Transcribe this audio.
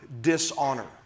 dishonor